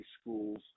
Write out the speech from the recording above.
schools